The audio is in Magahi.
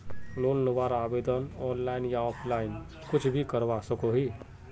लोन लुबार आवेदन ऑनलाइन या ऑफलाइन कुछ भी करवा सकोहो ही?